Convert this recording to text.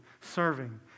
serving